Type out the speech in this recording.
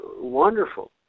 wonderful